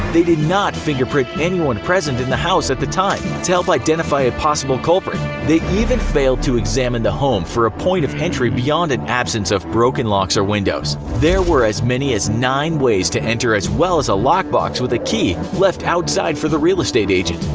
they did not fingerprint anyone present in the house at the time to help identify a possible culprit. they even failed to examine the home for a point of entry beyond an absence of broken locks or windows. there were as many as nine ways to enter as well as a lockbox with a key left outside for the real estate agent.